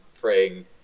praying